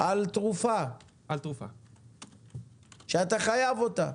על תרופה שאתה חייב אותה.